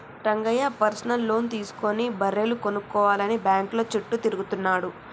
Rangayya personal loan తీసుకుని బర్రెలు కొనుక్కోవాలని బ్యాంకుల చుట్టూ తిరుగుతున్నాడు